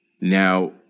Now